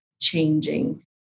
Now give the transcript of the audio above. changing